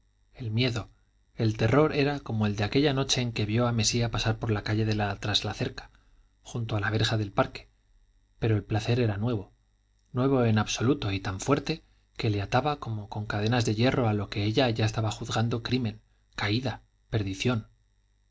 el miedo el terror era como el de aquella noche en que vio a mesía pasar por la calle de la traslacerca junto a la verja del parque pero el placer era nuevo nuevo en absoluto y tan fuerte que le ataba como con cadenas de hierro a lo que ella ya estaba juzgando crimen caída perdición